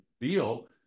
deal